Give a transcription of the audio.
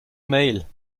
mail